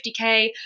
50k